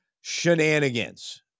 shenanigans